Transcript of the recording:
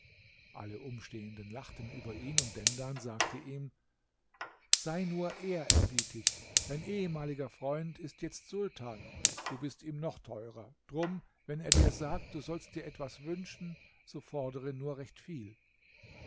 alle umstehenden lachten über ihn und dendan sagte ihm sei nur ehrerbietig dein ehemaliger freund ist jetzt sultan du bist ihm noch teuer drum wenn er dir sagt du sollst dir etwas wünschen so fordere nur recht viel